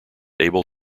able